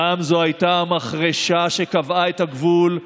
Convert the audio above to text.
פעם זו הייתה מחרשה שקבעה את הגבול,